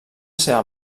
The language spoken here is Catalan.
seva